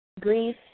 Grief